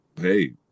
hey